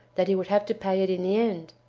that he would have to pay it in the end.